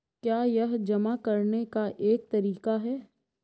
क्या यह जमा करने का एक तरीका है?